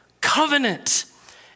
covenant